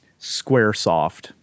Squaresoft